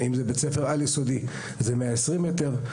בבית ספר על-יסודי 120 מ"ר,